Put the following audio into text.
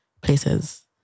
places